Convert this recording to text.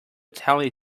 telly